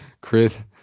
Chris